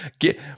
get